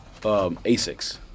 asics